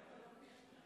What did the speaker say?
להלן